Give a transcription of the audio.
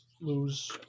lose